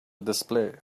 display